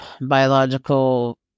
biological